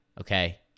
Okay